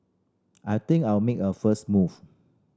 I think I will make a first move